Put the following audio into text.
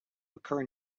occur